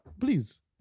please